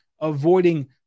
avoiding